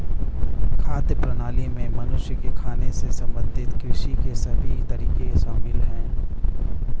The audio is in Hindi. खाद्य प्रणाली में मनुष्य के खाने से संबंधित कृषि के सभी तरीके शामिल है